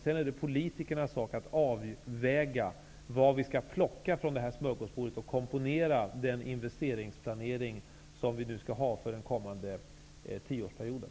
Sedan är det politikernas sak att göra avvägningen av vad vi skall plocka från smörgåsbordet för att komponera investeringplaneringen för den kommande tioårsperioden.